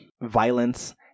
violence